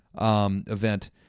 event